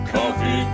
Coffee